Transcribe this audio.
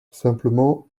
simplement